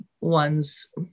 ones